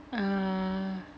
uh